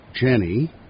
Jenny